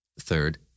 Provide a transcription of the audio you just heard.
Third